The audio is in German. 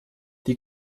die